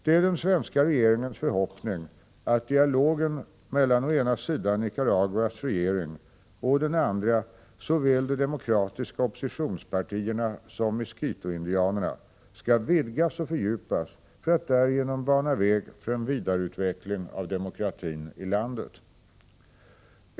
Det är den svenska regeringens förhoppning att dialogen mellan å ena sidan Nicaraguas regering och å den andra såväl de demokratiska oppositionspartierna som miskitoindianerna skall vidgas och fördjupas för att därigenom bana väg för en vidareutveckling av demokratin i landet.